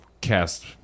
cast